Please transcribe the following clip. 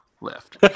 Left